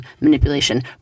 manipulation